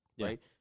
right